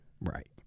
Right